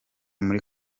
muri